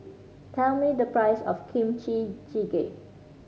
tell me the price of Kimchi Jjigae